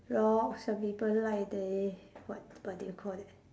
rock some people like they what what do you call that